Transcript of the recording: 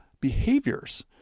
behaviors